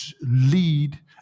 lead